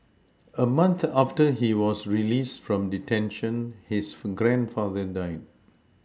a month after he was released from detention his grandfather died